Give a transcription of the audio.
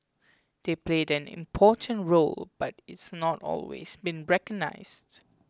they played an important role but it's not always been recognised